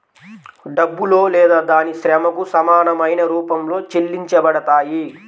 డబ్బులో లేదా దాని శ్రమకు సమానమైన రూపంలో చెల్లించబడతాయి